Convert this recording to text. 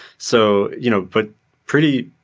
so, you know but pretty,